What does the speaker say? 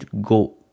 go